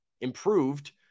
improved